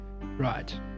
Right